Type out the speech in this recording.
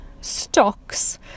stocks